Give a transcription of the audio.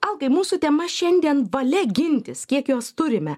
alkai mūsų tema šiandien valia gintis kiek jos turime